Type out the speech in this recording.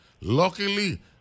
Luckily